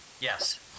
yes